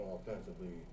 offensively